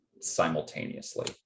simultaneously